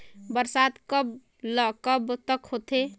बरसात कब ल कब तक होथे?